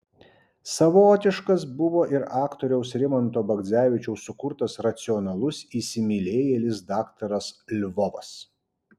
savotiškas buvo ir aktoriaus rimanto bagdzevičiaus sukurtas racionalus įsimylėjėlis daktaras lvovas